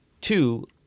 Two